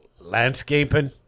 Landscaping